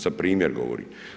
Sad primjer govorim.